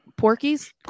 Porkies